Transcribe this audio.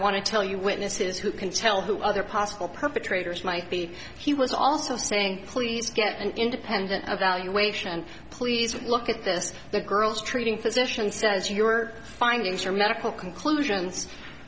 want to tell you witnesses who can tell the other possible perpetrators might be he was also saying please get an independent evaluation please look at this the girl's treating physician says your findings your medical conclusions